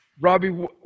Robbie